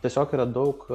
tiesiog yra daug